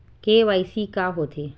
KYC का होथे?